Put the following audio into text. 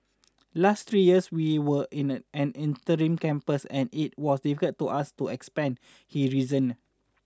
last three years we were in a an interim campus and it was difficult for us to expand he reasoned